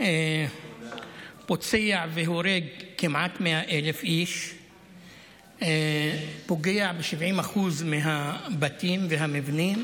פוצע והורג כמעט 100,000 איש ופוגע ב-70% מהבתים והמבנים.